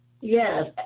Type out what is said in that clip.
Yes